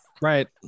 Right